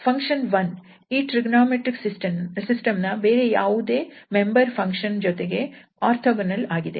function 1 ಈ trigonometric system ನ ಬೇರೆ ಯಾವುದೇ ಮೆಂಬರ್ ಫಂಕ್ಷನ್ ಜೊತೆಗೆ ಓರ್ಥೋಗೊನಲ್ ಆಗಿದೆ